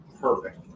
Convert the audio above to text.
perfect